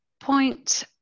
point